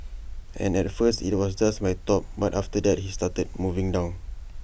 and at first IT was just my top but after that he started moving down